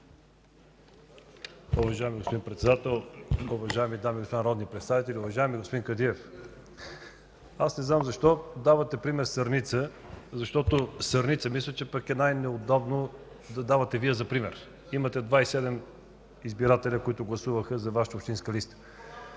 Уважаеми господин Председател, уважаеми дами и господа народни представители! Уважаеми господин Кадиев, аз не знам защо давате за пример Сърница, защото мисля, че Сърница е най-неудобно да я давате за пример – имате 27 избиратели, които гласуваха за Вашата общинска листа.